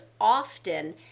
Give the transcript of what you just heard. often